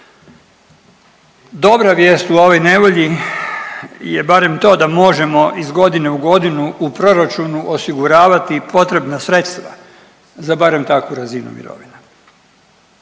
Dobra vijest u ovoj nevolji je barem to da možemo iz godine u godinu u proračunu osiguravati potrebna sredstva za barem takvu razinu mirovine.